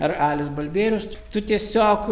ar alis balbierius tu tiesiog